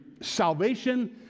Salvation